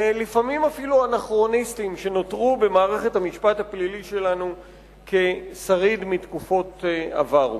לפעמים אפילו אנכרוניסטיים שנותרו במערכת המשפט שלנו כשריד מתקופות עבר.